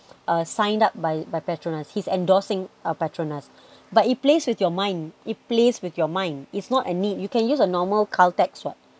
uh signed up by by petronas he's endorsing uh petronas but it plays with your mind it plays with your mind it's not a need you can use a normal caltex what